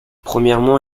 premièrement